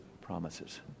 promises